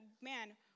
man